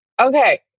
okay